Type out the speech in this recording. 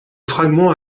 fragment